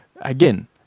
Again